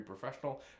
professional